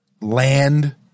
land